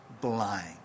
blind